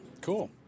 Cool